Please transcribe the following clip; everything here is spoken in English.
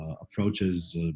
approaches